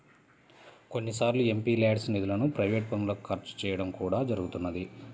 కొన్నిసార్లు ఎంపీల్యాడ్స్ నిధులను ప్రైవేట్ పనులకు ఖర్చు చేయడం కూడా జరుగుతున్నది